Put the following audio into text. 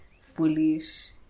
foolish